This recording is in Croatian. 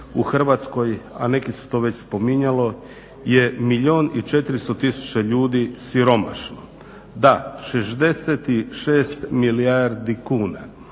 u Hrvatskoj, a neki su to već spominjalo, je 1.400,000 ljudi siromašno. Da 66 milijardi kuna,